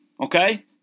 Okay